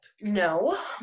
No